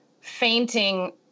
fainting